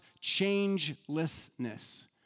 changelessness